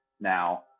now